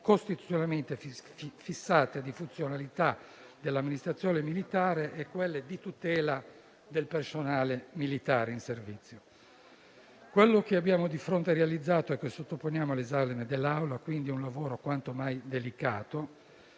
costituzionalmente fissate di funzionalità dell'amministrazione militare e quelle di tutela del personale militare in servizio. Quello che abbiamo di fronte, che abbiamo realizzato e sottoponiamo all'esame dell'Assemblea è, quindi, un lavoro quanto mai delicato,